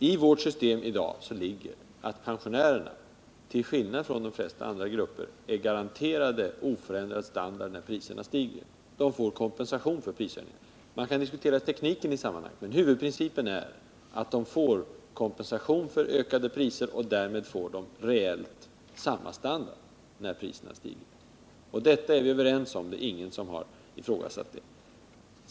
I vårt system i dag ligger att pensionärerna till skillnad från de flesta andra grupper är garanterade oförändrad standard när priserna stiger. De får kompensation för prishöjningarna. Man kan diskutera tekniken i sammanhanget, men huvudprincipen är att de får kompensation för ökade priser och därmed reellt samma standard som förut när priserna stiger. Detta är vi överens om. Det är ingen som har ifrågasatt det.